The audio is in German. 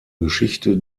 geschichte